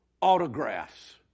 autographs